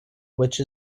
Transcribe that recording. which